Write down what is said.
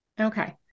Okay